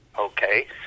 Okay